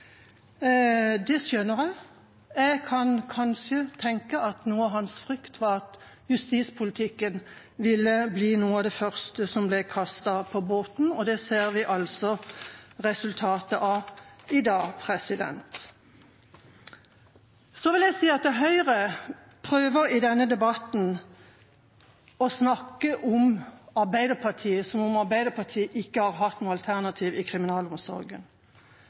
Det skjønner jeg. Jeg kan tenke at kanskje noe av hans frykt var at justispolitikken ville bli noe av det første som ble kastet på båten, og det ser vi resultatet av i dag. Så vil jeg si at Høyre prøver i denne debatten å snakke om Arbeiderpartiet som om Arbeiderpartiet ikke har hatt noen alternativer i kriminalomsorgen.